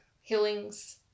healings